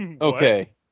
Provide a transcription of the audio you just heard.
Okay